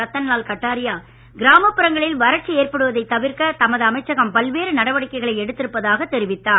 ரத்தன்லால் கட்டாரியா கிராமப்புறங்களில் வறட்சி ஏற்படுவதைத் தவிர்க்க தமது அமைச்சகம் பல்வேறு நடவடிக்கைகளை எடுத்திருப்பதாகத் தெரிவித்தார்